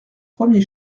premier